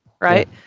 right